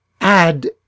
add